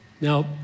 Now